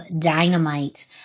Dynamite